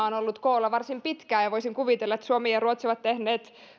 on ollut koolla varsin pitkään ja voisin kuvitella että suomi ja ruotsi ovat tehneet